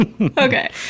Okay